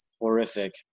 horrific